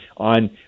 on